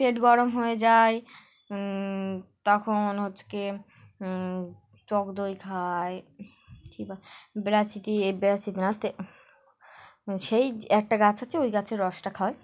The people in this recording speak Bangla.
পেট গরম হয়ে যায় তখন হচ্ছে গিয়ে টক দই খায় কী বা নাতে সেই একটা গাছ আছে ওই গাছের রসটা খায়